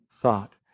thought